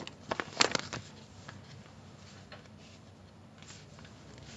in no particular order I st~ I still watching all four of those um bojack horseman